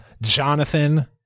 Jonathan